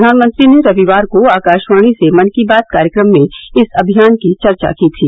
प्रधानमंत्री ने रविवार को आकाशवाणी से मन की बात कार्यक्रम में इस अभियान की चर्चा की थी